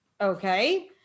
okay